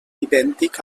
idèntic